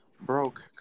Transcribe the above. broke